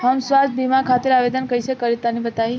हम स्वास्थ्य बीमा खातिर आवेदन कइसे करि तनि बताई?